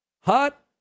Hot